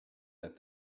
that